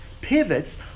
pivots